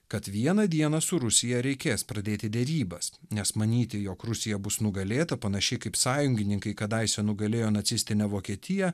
kad vieną dieną su rusija reikės pradėti derybas nes manyti jog rusija bus nugalėta panašiai kaip sąjungininkai kadaise nugalėjo nacistinę vokietiją